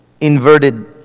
inverted